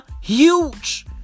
huge